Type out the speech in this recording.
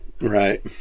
Right